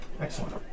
Excellent